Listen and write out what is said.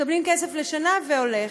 מקבלים כסף לשנה, והולך.